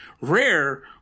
Rare